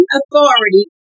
authority